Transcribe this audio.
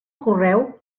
correu